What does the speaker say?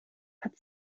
hat